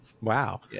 Wow